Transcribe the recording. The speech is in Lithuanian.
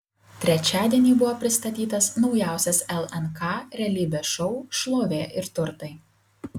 trečiadienį buvo pristatytas naujausias lnk realybės šou šlovė ir turtai